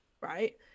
right